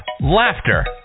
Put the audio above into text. laughter